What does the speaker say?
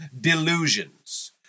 delusions